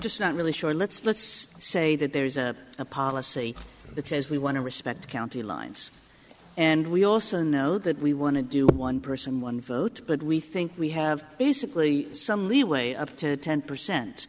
just not really sure let's let's say that there is a policy that says we want to respect county lines and we also know that we want to do it one person one vote but we think we have basically some leeway up to ten percent